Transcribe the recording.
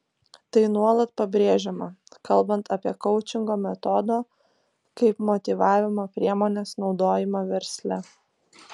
tai nuolat pabrėžiama kalbant apie koučingo metodo kaip motyvavimo priemonės naudojimą versle